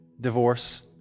divorce